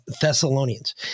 Thessalonians